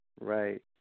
Right